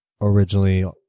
originally